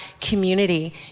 community